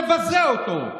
נבזה אותו.